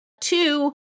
two